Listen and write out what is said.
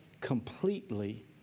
completely